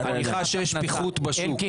אני חש שיש פיחות בשוק.